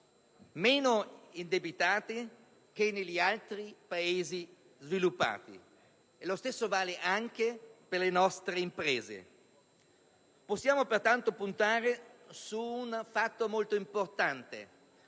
meno indebitate rispetto ad altri Paesi sviluppati. Lo stesso vale per le nostre imprese. Possiamo pertanto puntare su un elemento molto importante,